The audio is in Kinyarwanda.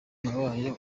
nabaye